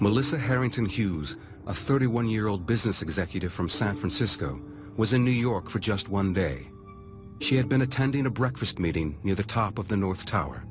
melissa harrington hughes a thirty one year old business executive from san francisco was in new york for just one day she had been attending a breakfast meeting near the top of the north tower